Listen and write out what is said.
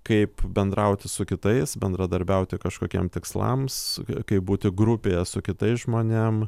kaip bendrauti su kitais bendradarbiauti kažkokiem tikslams kaip būti grupėje su kitais žmonėm